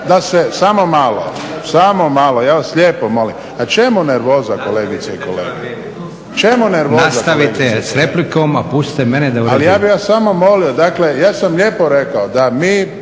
da se, samo malo, samo malo, ja vas lijepo molim. Pa čemu nervoza, kolegice i kolege? Čemu nervoza? … /Upadica predsjednik: Nastavite s replikom, a pustite mene da…/ … Ali ja bih vas samo molio, dakle ja sam lijepo rekao da mi,